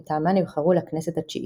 מטעמה נבחרו לכנסת התשיעית.